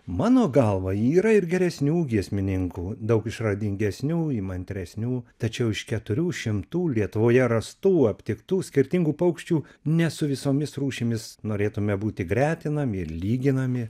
mano galva yra ir geresnių giesmininkų daug išradingesnių įmantresnių tačiau iš keturių šimtų lietuvoje rastų aptiktų skirtingų paukščių ne su visomis rūšimis norėtume būti gretinami ir lyginami